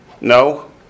No